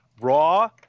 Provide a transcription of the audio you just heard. Raw